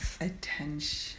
attention